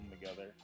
together